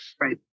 Right